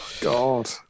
god